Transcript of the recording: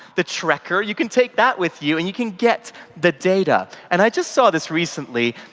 the trekker, you can take that with you. and you can get the data. and i just saw this recently,